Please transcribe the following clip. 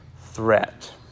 threat